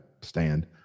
stand